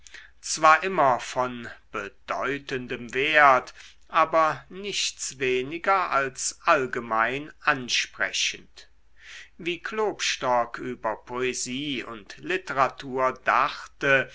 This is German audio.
zwar immer von bedeutendem wert aber nichts weniger als allgemein ansprechend wie klopstock über poesie und literatur dachte